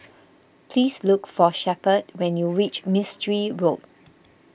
please look for Shepherd when you reach Mistri Road